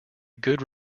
good